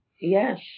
Yes